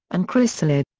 and chris salih.